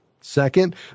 Second